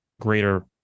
greater